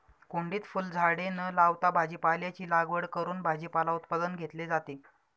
कुंडीत फुलझाडे न लावता भाजीपाल्याची लागवड करून भाजीपाला उत्पादन घेतले जाते